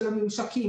של הממשקים,